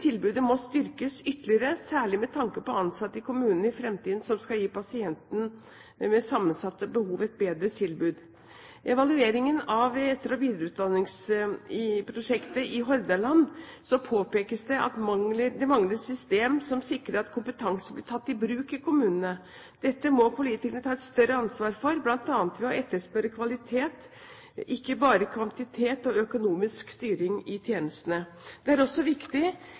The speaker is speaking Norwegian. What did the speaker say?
tilbudet må styrkes ytterligere, særlig med tanke på at ansatte i kommunen i fremtiden skal gi pasienter med sammensatte behov et bedre tilbud. I evalueringen av etter- og videreutdanningsprosjektet i Hordaland påpekes det at det mangler system som sikrer at kompetansen blir tatt i bruk i kommunene. Dette må politikerne ta et større ansvar for, bl.a. ved å etterspørre kvalitet, ikke bare kvantitet og økonomisk styring i tjenestene. Det er også viktig